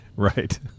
Right